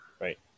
Right